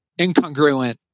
incongruent